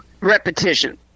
Repetition